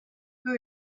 who